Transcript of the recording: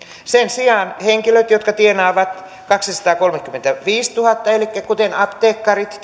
sen sijaan henkilöt jotka tienaavat kaksisataakolmekymmentäviisituhatta kuten apteekkarit